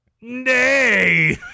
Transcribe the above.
nay